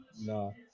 No